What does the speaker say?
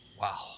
Wow